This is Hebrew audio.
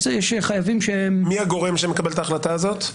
יש חייבים- - מי הגורם שמקבל את ההחלטה הזו?